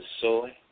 Soy